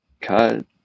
cut